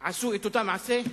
עשו את אותו מעשה?